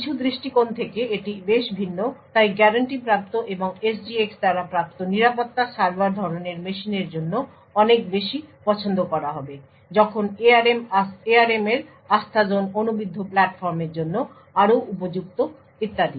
কিছু দৃষ্টিকোণ থেকে এটি বেশ ভিন্ন তাই গ্যারান্টি প্রাপ্ত এবং SGX দ্বারা প্রাপ্ত নিরাপত্তা সার্ভার ধরনের মেশিনের জন্য অনেক বেশি পছন্দ করা হবে যখন ARM এর আস্থাজোন অনুবিদ্ধ প্ল্যাটফর্মের জন্য আরও উপযুক্ত ইত্যাদি